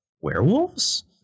werewolves